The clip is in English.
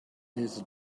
his